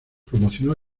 promocionó